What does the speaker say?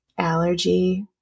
Allergy